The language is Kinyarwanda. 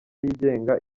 yigenga